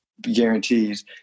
guarantees